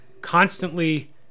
constantly